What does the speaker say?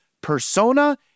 persona